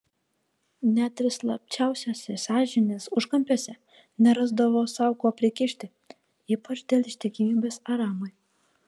net ir slapčiausiuose sąžinės užkampiuose nerasdavo sau ko prikišti ypač dėl ištikimybės aramui